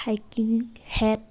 hiking হেট